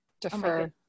defer